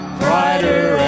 brighter